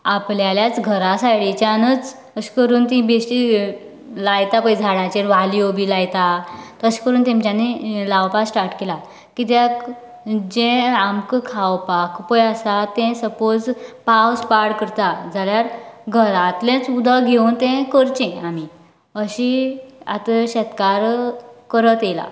आपल्याल्याच घरा सायडीच्यानच अशें करून ती बेश्टी लायता पळय झाडाचेर वाल्यो बी लायता तशें करून तेमच्यानी लावपाक स्टार्ट केला कित्याक जे आमकां खावपाक पळय आसा तें सपोज पावस पाड करता जाल्यार घरांतलेच उदक घेवन तें करचे आमी अशी आता शेतकार करत येयल्या